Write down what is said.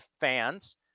fans